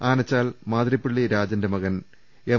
അനച്ചാൽമാതിരപ്പിളളി രാജന്റെ മകൻ എം